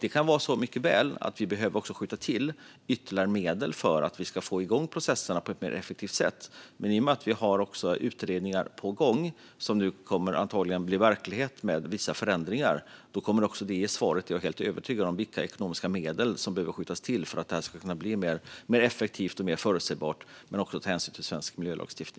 Det kan mycket väl vara så att vi också behöver skjuta till ytterligare medel för att vi ska få igång processerna på ett mer effektivt sätt. Men i och med att vi har utredningar på gång som antagligen, med vissa förändringar, kommer att bli verklighet kommer det också att ge svar på vilka ekonomiska medel som behöver skjutas till för att detta ska kunna bli mer effektivt och mer förutsägbart, men som också tar hänsyn till svensk miljölagstiftning.